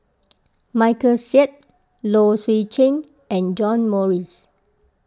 Michael Seet Low Swee Chen and John Morrice